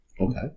Okay